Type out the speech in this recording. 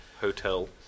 Hotel